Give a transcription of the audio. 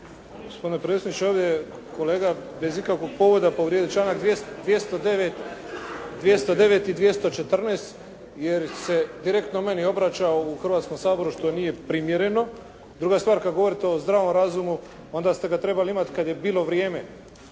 Gospodine predsjedniče ovdje je kolega bez ikakvog povoda povrijedio članak 209., 209. i 214. jer se direktno meni obraćao u Hrvatskom saboru što nije primjereno. Druga stvar kad govorite o zdravom razumu onda ste ga trebali imati kad je bilo vrijeme